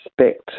respect